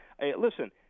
Listen